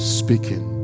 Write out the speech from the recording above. speaking